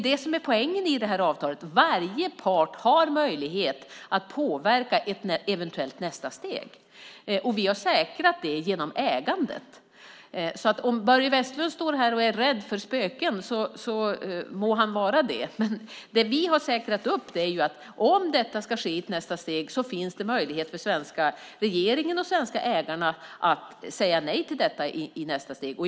Det som är poängen med det här avtalet är att varje part har möjlighet att påverka ett eventuellt nästa steg, och vi har säkrat det genom ägandet. Om Börje Vestlund står här och är rädd för spöken må han vara det. Men det vi har säkrat är att det finns möjlighet för den svenska regeringen och de svenska ägarna att säga nej till en eventuell börsintroduktion i ett nästa steg.